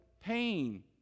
pain